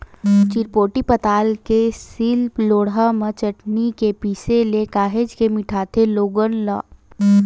चिरपोटी पताल के सील लोड़हा म चटनी के पिसे ले काहेच के मिठाथे लोगन ला